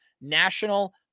National